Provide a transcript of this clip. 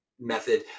method